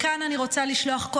מכאן אני רוצה לשלוח,